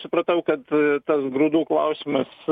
supratau kad tas grūdų klausimas